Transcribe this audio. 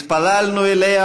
התפללנו אליה